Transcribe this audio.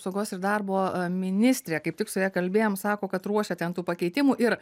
apsaugos ir darbo ministrė kaip tik su ja kalbėjom sako kad ruošia ten tų pakeitimų ir